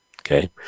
Okay